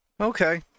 Okay